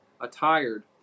attired